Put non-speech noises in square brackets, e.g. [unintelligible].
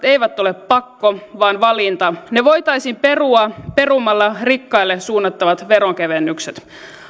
[unintelligible] eivät ole pakko vaan valinta ne voitaisiin perua perumalla rikkaille suunnattavat veronkevennykset